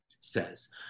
says